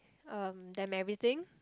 um them everything